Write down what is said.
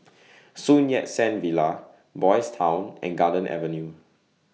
Sun Yat Sen Villa Boys' Town and Garden Avenue